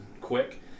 quick